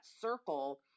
circle